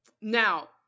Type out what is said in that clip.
Now